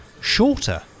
Shorter